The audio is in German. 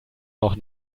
noch